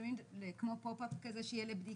לפעמים כמו פופ אפ כזה שיהיה לבדיקות,